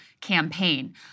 campaign